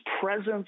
presence